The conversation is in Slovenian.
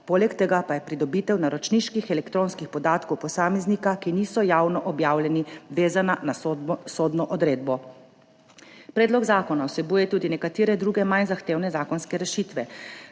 poleg tega pa je pridobitev naročniških elektronskih podatkov posameznika, ki niso javno objavljeni, vezana na sodno odredbo. Predlog zakona vsebuje tudi nekatere druge, manj zahtevne zakonske rešitve.